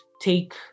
take